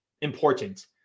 important